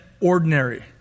ordinary